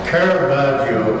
Caravaggio